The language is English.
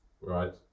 Right